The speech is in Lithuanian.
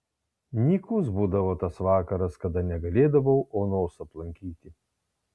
nykus būdavo tas vakaras kada negalėdavau onos aplankyti